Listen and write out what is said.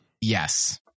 Yes